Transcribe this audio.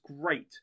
great